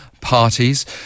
parties